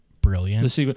brilliant